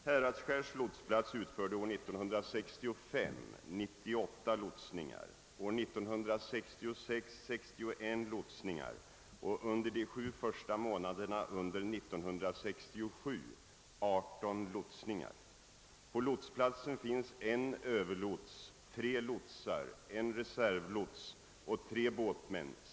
Häradsskärs lotsplats utförde år 1965 98 lotsningar, år 1966 61 lotsningar och under de sju första månaderna 1967 18 lotsningar. På lotsplatsen finns en överlots, tre lotsar, en reservlots och tre båtmän.